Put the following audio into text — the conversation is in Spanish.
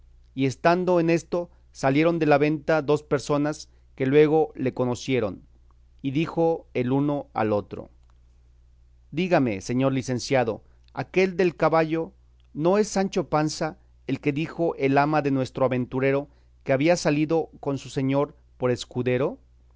y estando en esto salieron de la venta dos personas que luego le conocieron y dijo el uno al otro dígame señor licenciado aquel del caballo no es sancho panza el que dijo el ama de nuestro aventurero que había salido con su señor por escudero